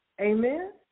Amen